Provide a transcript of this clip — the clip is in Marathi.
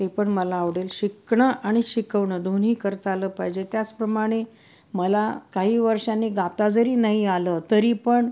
ते पण मला आवडेल शिकणं आणि शिकवणं दोन्ही करता आलं पाहिजे त्याचप्रमाणे मला काही वर्षांनी गाता जरी नाही आलं तरी पण